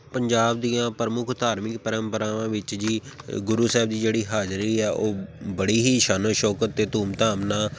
ਪੰਜਾਬ ਦੀਆਂ ਪ੍ਰਮੁੱਖ ਧਾਰਮਿਕ ਪਰੰਪਰਾਵਾਂ ਵਿੱਚ ਜੀ ਗੁਰੂ ਸਾਹਿਬ ਦੀ ਜਿਹੜੀ ਹਾਜ਼ਰੀ ਆ ਉਹ ਬੜੀ ਹੀ ਸ਼ਾਨੋ ਸ਼ੌਕਤ ਅਤੇ ਧੂਮ ਧਾਮ ਨਾਲ